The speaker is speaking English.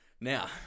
Now